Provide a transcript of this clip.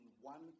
one